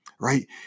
Right